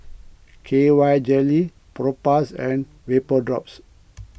K Y Jelly Propass and Vapodrops